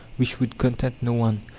which would content no one,